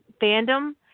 fandom